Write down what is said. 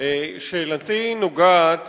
שאלתי נוגעת